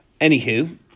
Anywho